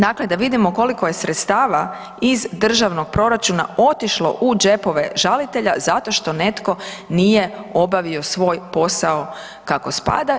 Dakle, da vidimo koliko je sredstava iz državnog proračuna otišlo u džepove žalitelja zato što netko nije obavio svoj posao kako spada.